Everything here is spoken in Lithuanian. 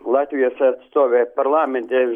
latvijos atstovė parlamente